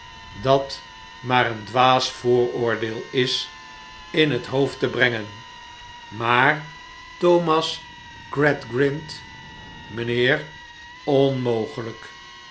dat maar een dwaas vooroordeel is in het hoofd te brengen maar thomas gradgrind mijnheer onmogelijk